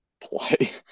play